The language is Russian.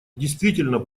действительно